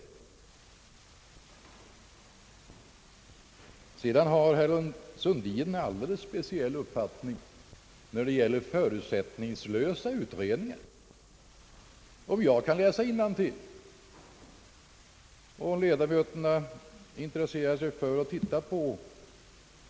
Herr Sundin har också en alldeles speciell uppfattning här det gäller »förutsättningslösa» utredningar. De av kammarens ledamöter som är intresserade kan ju läsa sista stycket i majoritetens skrivning.